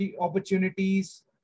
opportunities